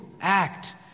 act